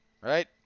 Right